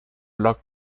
blog